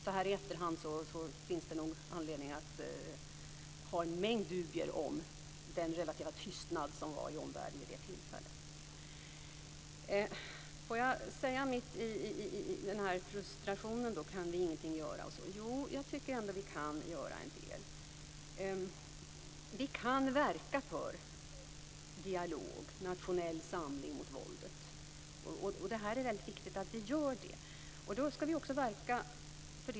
Så här i efterhand finns det nog anledning att ha en mängd dubier om den relativa tystnad som rådde i omvärlden vid det tillfället. Vi känner frustration och undrar om vi ingenting kan göra. Jag tycker ändå att vi kan göra en del. Vi kan verka för dialog och nationell samling mot våldet. Det är väldigt viktigt att vi gör det.